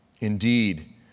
Indeed